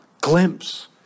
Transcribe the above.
glimpse